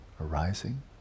arising